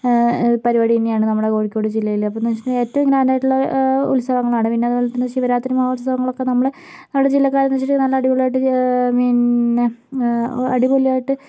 പരിപാടി തന്നെയാണ് നമ്മുടെ കോഴിക്കോട് ജില്ലയില് അപ്പോൾ എന്താണ് വെച്ചിട്ടുണ്ടെങ്കിൽ ഏറ്റവും ഗ്രാൻറ് ആയിട്ടുള്ള ഉത്സവങ്ങളാണ് പിന്നെ അതുപോലെതന്നെ ശിവരാത്രി മഹോത്സവങ്ങളൊക്കെ നമ്മൾ നമ്മുടെ ജില്ലക്കാര് എന്ന് വെച്ചിട്ടുണ്ടെങ്കിൽ നല്ല അടിപൊളി ആയിട്ട് പിന്നെ അടിപൊളിയായിട്ട്